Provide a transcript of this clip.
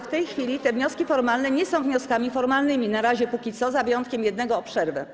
W tej chwili te wnioski formalne nie są wnioskami formalnymi - na razie, póki co, z wyjątkiem jednego o przerwę.